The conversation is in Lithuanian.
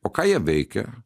o ką jie veikia